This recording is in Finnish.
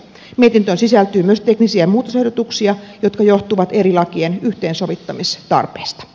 mietintöön sisältyy myös teknisiä muutosehdotuksia jotka johtuvat eri lakien yhteensovittamistarpeesta